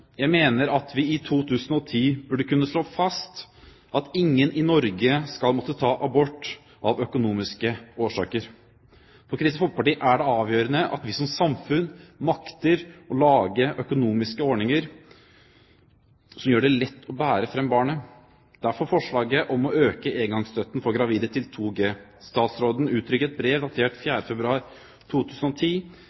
Jeg mener at vi i 2010 burde kunne slå fast at ingen i Norge skal måtte ta abort av økonomiske årsaker. For Kristelig Folkeparti er det avgjørende at vi som samfunn makter å lage økonomiske ordninger som gjør det lett å bære fram barnet. Derfor foreslår vi å øke engangsstøtten for gravide til 2 G. Statsråden uttrykker i et brev datert